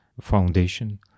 foundation